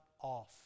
off